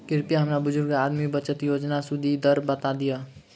कृपया हमरा बुजुर्ग आदमी बचत योजनाक सुदि दर बता दियऽ